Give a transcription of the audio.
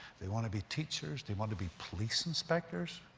they want to be teachers. they want to be police inspectors,